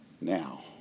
now